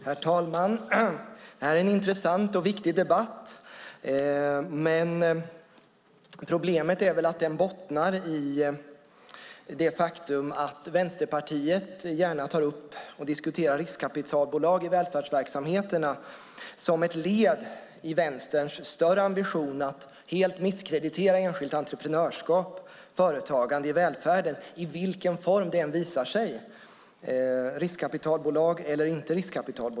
Herr talman! Det här är en intressant och viktig debatt. Problemet är att den bottnar i det faktum att Vänsterpartiet gärna tar upp och diskuterar riskkapitalbolag i välfärdsverksamheterna som ett led i Vänsterns större ambition att helt misskreditera enskilt entreprenörskap, företagande i välfärden, i vilken form det än visar sig, riskkapitalbolag eller inte.